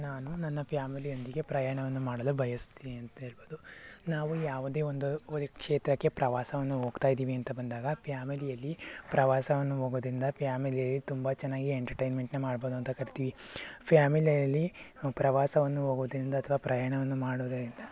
ನಾನು ನನ್ನ ಪ್ಯಾಮಿಲಿಯೊಂದಿಗೆ ಪ್ರಯಾಣವನ್ನು ಮಾಡಲು ಬಯಸುತ್ತೇನೆ ಅಂತ ಹೇಳ್ಬೋದು ನಾವು ಯಾವುದೇ ಒಂದು ವೈ ಕ್ಷೇತ್ರಕ್ಕೆ ಪ್ರವಾಸವನ್ನು ಹೋಗ್ತಾಯಿದ್ದೀವಿ ಅಂತ ಬಂದಾಗ ಪ್ಯಾಮಿಲಿಯಲ್ಲಿ ಪ್ರವಾಸವನ್ನು ಹೋಗೋದ್ರಿಂದ ಪ್ಯಾಮಿಲಿ ತುಂಬ ಚೆನ್ನಾಗಿ ಎಂಟರ್ಟೈನ್ಮೆಂಟ್ನ ಮಾಡ್ಬೋದು ಅಂತ ಕರಿತೀವಿ ಫ್ಯಾಮಿಲಿಯಲ್ಲಿ ಪ್ರವಾಸವನ್ನು ಹೋಗೋದ್ರಿಂದ ಅಥ್ವಾ ಪ್ರಯಾಣವನ್ನು ಮಾಡೋದರಿಂದ